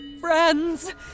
Friends